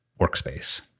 workspace